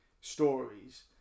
stories